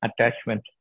attachment